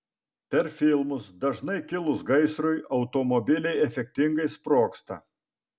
per filmus dažnai kilus gaisrui automobiliai efektingai sprogsta